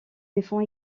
défend